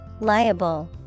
Liable